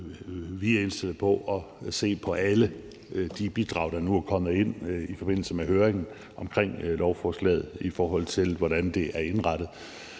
Vi er indstillet på at se på alle de bidrag, der nu er kommet ind i forbindelse med høringen omkring lovforslaget, i forhold til hvordan det er indrettet.